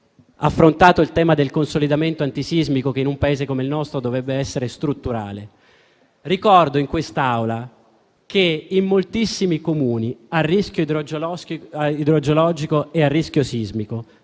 il tema del consolidamento antisismico, che in un Paese come il nostro dovrebbe essere strutturale. Ricordo che in moltissime aree a rischio idrogeologico e sismico